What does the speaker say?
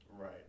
Right